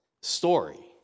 story